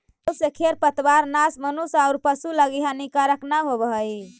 बहुत से खेर पतवारनाश मनुष्य औउर पशु लगी हानिकारक न होवऽ हई